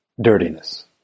dirtiness